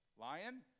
Lion